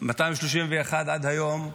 231 עד היום,